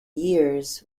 years